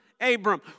Abram